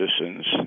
citizens